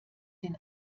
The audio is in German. den